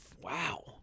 Wow